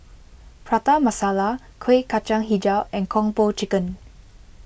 Prata Masala Kuih Kacang HiJau and Kung Po Chicken